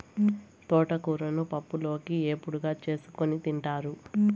తోటకూరను పప్పులోకి, ఏపుడుగా చేసుకోని తింటారు